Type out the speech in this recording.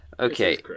Okay